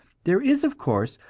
there is, of course,